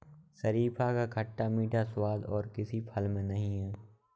शरीफा का खट्टा मीठा स्वाद और किसी फल में नही है